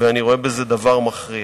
ואני רואה בזה דבר מכריע.